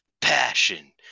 passion